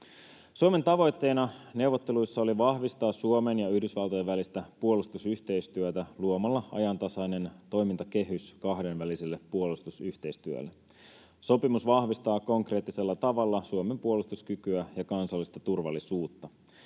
Suomen tavoitteena neuvotteluissa oli vahvistaa Suomen ja Yhdysvaltojen välistä puolustusyhteistyötä luomalla ajantasainen toimintakehys kahdenväliselle puolustusyhteistyölle. Sopimus vahvistaa konkreettisella tavalla Suomen puolustuskykyä ja kansallista turvallisuutta.